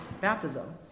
baptism